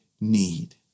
need